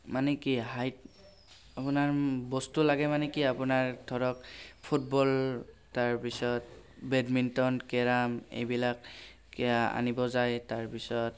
মানে কি আপোনাৰ বস্তু লাগে মানে কি আপোনাৰ ধৰক ফুটবল তাৰ পিছত বেডমিণ্টন কেৰাম এইবিলাক আনিব যায় তাৰ পিছত